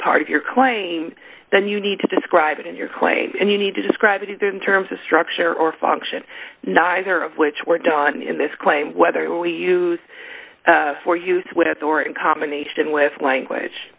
part of your claim then you need to describe it in your claim and you need to describe it in terms of structure or function neither of which were done in this claim whether we use for use with or in combination with language